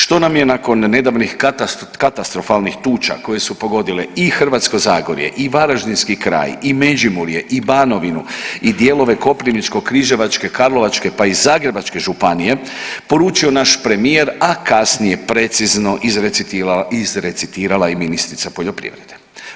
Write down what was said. Što nam je nakon nedavnih katastrofalnih tuča koje su pogodile i Hrvatsko zagorje i varaždinski kraj i Međimurje i Banovinu i dijelove Koprivničko-križevačke, Karlovačke, pa i Zagrebačke županije, poručio naš premijer, a kasnije precizno izrecetirala i ministrica poljoprivrede.